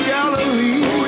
Galilee